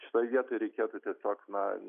šitoj vietoj reikėtų tiesiog na